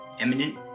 eminent